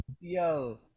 Yo